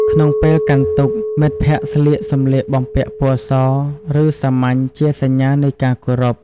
ក្នុងពេលកាន់ទុក្ខ មិត្តភក្តិស្លៀកសម្លៀកបំពាក់ពណ៌ស ឬសាមញ្ញជាសញ្ញានៃការគោរព។